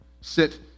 sit